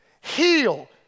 Heal